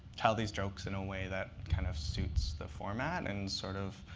tell these jokes in a way that kind of suits the format and sort of